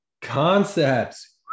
Concepts